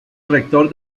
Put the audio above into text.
rector